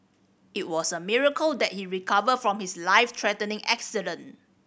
it was a miracle that he recovered from his life threatening accident